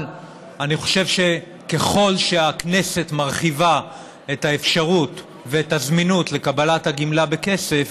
אני חושב שככל שהכנסת מרחיבה את האפשרות ואת הזמינות לקבלת הגמלה בכסף,